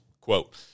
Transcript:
Quote